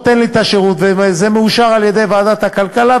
ההצעה מאושרת על-ידי ועדת הכלכלה.